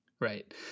Right